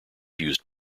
used